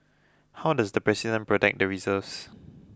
how does the president protect the reserves